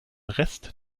rest